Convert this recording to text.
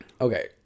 Okay